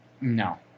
no